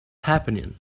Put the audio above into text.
happening